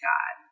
God